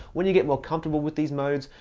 when you get more comfortable with these modes,